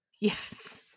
yes